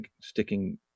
sticking